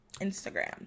instagram